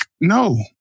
no